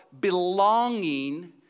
belonging